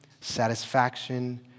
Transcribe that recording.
satisfaction